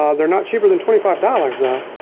ah they're not cheaper than twenty five dollars so